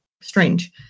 strange